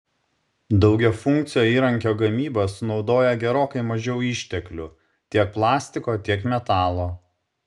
daugiafunkcio įrankio gamyba sunaudoja gerokai mažiau išteklių tiek plastiko tiek metalo